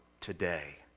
today